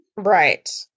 Right